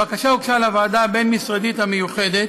הבקשה הוגשה לוועדה הבין-משרדית המיוחדת